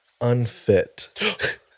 unfit